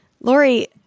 Lori